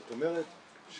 זאת אומרת,